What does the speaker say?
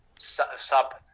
Sub